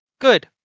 good